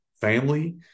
family